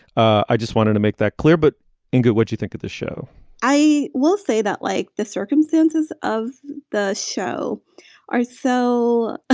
i just wanted to make that clear. but and what do you think of the show i will say that like the circumstances of the show are so